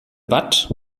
watt